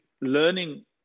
learning